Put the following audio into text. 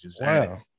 Wow